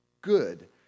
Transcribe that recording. good